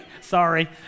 sorry